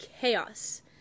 chaos